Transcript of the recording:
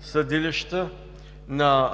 съдилища, на